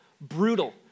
brutal